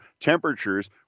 Temperatures